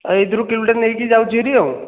ଏଇଥିରୁ କିଲୋଟେ ନେଇକି ଯାଉଛି ଭାରି ଆଉ